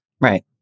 Right